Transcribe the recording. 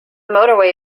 motorway